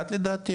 לדעתי,